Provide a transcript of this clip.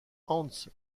hans